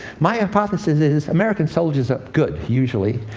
my hypothesis is, american soldiers are good, usually.